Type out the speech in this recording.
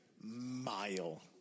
mile